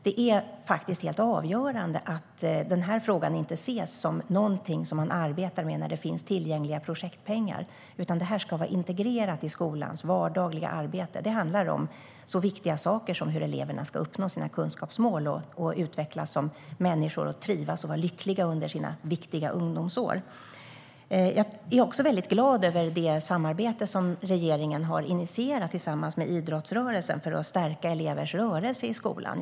Det är faktiskt helt avgörande att denna fråga inte ses som någonting som man arbetar med när det finns tillgängliga projektpengar utan att den integreras i skolans vardagliga arbete. Det handlar om så viktiga saker som hur eleverna ska uppnå sina kunskapsmål, hur de ska utvecklas som människor och trivas och vara lyckliga under sina viktiga ungdomsår. Jag är också glad över det samarbete regeringen har initierat tillsammans med idrottsrörelsen för att stärka elevers rörelse i skolan.